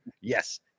Yes